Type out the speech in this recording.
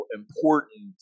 important